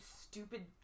stupid